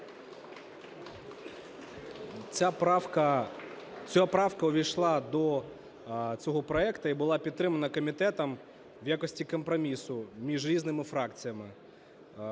ця правка увійшла до цього проекту і була підтримана комітетом в якості компромісу між різними фракціями.